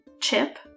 Chip